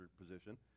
position